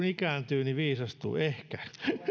ikääntyy niin viisastuu ehkä